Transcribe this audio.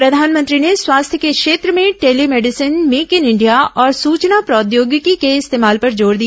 प्रधानमंत्री ने स्वास्थ्य के क्षेत्र में telemedicine make in India और सूचना प्रौद्योगिकी के इस्तेमाल पर जोर दिया